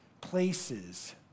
places